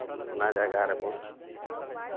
ᱚᱱᱟ ᱡᱟᱭᱜᱟ ᱨᱮᱵᱚᱱ